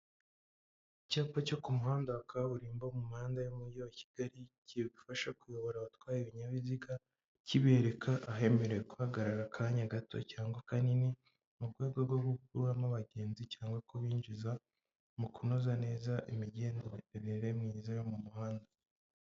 Icyapa cyo ku muhanda wa kaburimbo mu mihanda yo mu mujyi wa Kigali, kiri gufasha kuyobora abatwaye ibinyabiziga, kibereka ahemerewe guhagarara akanya gato cyangwa akanini, mu rwego rwo gukuramo abagenzi cyangwa kubinjiza, mu kunoza neza imigendere myiza yo mu muhanda.